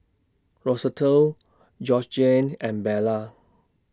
Rosetta Georgiann and Bella